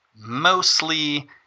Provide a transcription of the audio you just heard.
mostly